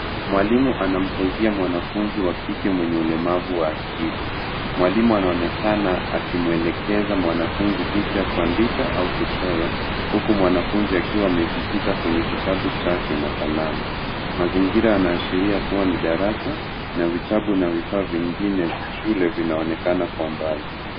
Mwalimu anamsaidia mwanafunzi wakike mwenye ulemavu wa akili. Mwalimu anaonekana akimwelekeza mwanafunzi jinsi ya kuandika au kuchora, huku mwanafunzi akiwa amejikita kwenye kitabu chake na kalamu. Mazingira yanaashiria kuwa ni darasa na vitabu na vifaa vingine vya shule vinaonekana kwa mbali.